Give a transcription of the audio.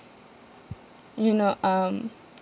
you know um